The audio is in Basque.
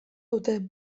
dute